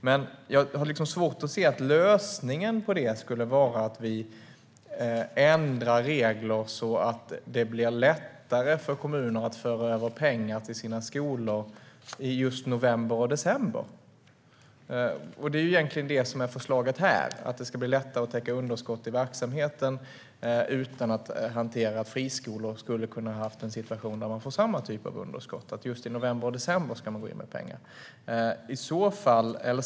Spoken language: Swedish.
Men jag har svårt att se att lösningen skulle vara att vi ändrar reglerna så att det blir lättare för kommuner att föra över pengar till sina skolor i just november och december. Det som egentligen är förslaget är att det ska bli lättare att täcka underskott i verksamheten, utan att hantera friskolor som får samma typ av underskott, och att just i november och december gå in med pengar.